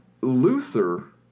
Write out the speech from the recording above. Luther